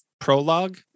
prologue